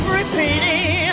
repeating